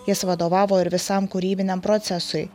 jis vadovavo ir visam kūrybiniam procesui